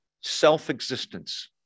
Self-existence